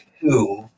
two